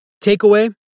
Takeaway